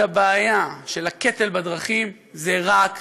אם יש מפתח שיכול לפתור לנו את הבעיה של הקטל בדרכים זה רק חינוך,